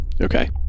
Okay